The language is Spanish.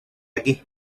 aquí